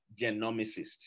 genomicist